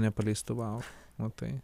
nepaleistuvauk matai